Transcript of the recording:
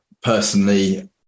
personally